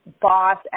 boss